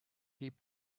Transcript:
keep